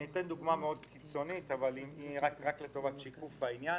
אני אתן דוגמה מאוד קיצונית לטובת שיתוף העניין.